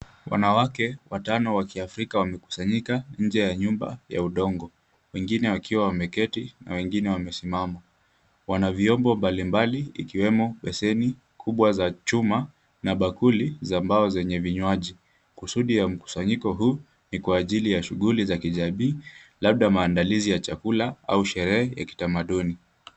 Wanawake watano wa Kiafrika wamekusanyika nje ya nyumba ya udongo wengine wakiwa wameketi na wengine wamesimama . Wana vyombo mbalimbali ikiwemo beseni kubwa za chuma na bakuli za mbao zenye vinywaji. Kusudi ya mkusanyiko huu ni kwa ajili ya shughuli za kijamii labda maandalizi ya chakula au sherehe ya kitamaduni.